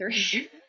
three